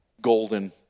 golden